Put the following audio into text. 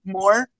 more